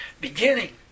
beginning